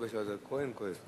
יישר כוח, גם על הפרגון.